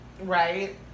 right